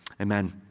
Amen